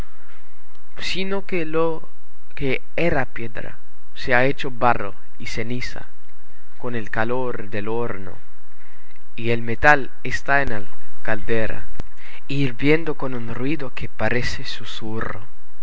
sino que lo que era piedra se ha hecho barro y ceniza con el calor del horno y el metal está en la caldera hirviendo con un ruido que parece